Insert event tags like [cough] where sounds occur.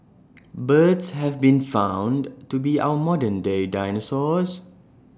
[noise] birds have been found to be our modern day dinosaurs